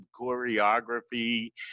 choreography